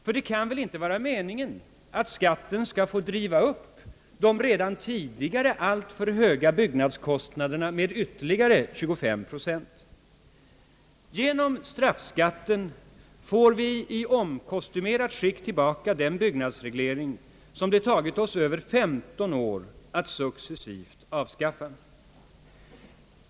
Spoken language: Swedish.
För det kan väl inte vara meningen att skatten skall få driva upp de redan tidigare alltför höga byggnadskostnaderna med ytterligare 25 procent. Genom straffskatten får vi i omkostymerat skick tillbaka den byggnadsreglering som det tagit oss över femton år att successivt avskaffa.